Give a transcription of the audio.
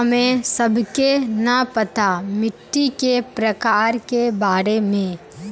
हमें सबके न पता मिट्टी के प्रकार के बारे में?